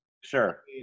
sure